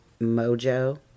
Mojo